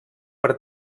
per